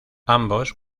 ambas